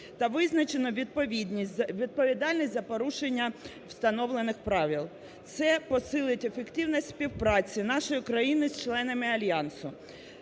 відповідальність за порушення встановлених правил. Це посилить ефективність співпраці нашої країни з членами альянсу,